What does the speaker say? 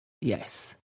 Yes